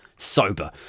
sober